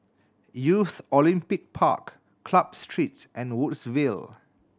Youth Olympic Park Club Street and Woodsville